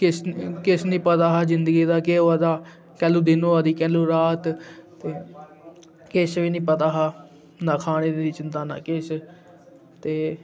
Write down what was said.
किश निं किश निं पता हा जिंदगी दा केह् होआ दा कैह्लूं दिन होआ दी कैहलूं रात किश बी निं पता हा न खाने दी चिंता न किश ते